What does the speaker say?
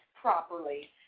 properly